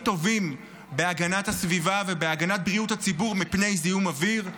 טובים בהגנת הסביבה ובהגנת בריאות הציבור מפני זיהום אוויר.